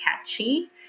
Catchy